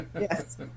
Yes